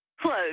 Close